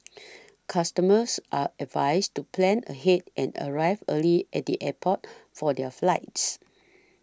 customers are advised to plan ahead and arrive early at the airport for their flights